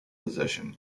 possession